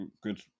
good